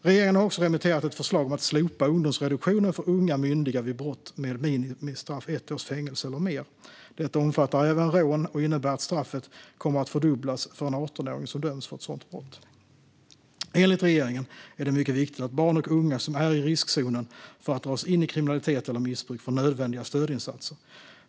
Regeringen har också remitterat ett förslag om att slopa ungdomsreduktionen för unga myndiga vid brott med minimistraff ett års fängelse eller mer. Detta omfattar även rån och innebär att straffet kommer att fördubblas för en 18-åring som döms för ett sådant brott. Enligt regeringen är det mycket viktigt att barn och unga som är i riskzonen för att dras in i kriminalitet eller missbruk får nödvändiga stödinsatser.